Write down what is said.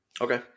Okay